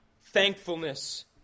thankfulness